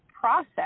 process